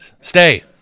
Stay